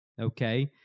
okay